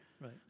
Right